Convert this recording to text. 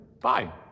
Bye